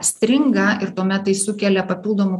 stringa ir tuomet tai sukelia papildomų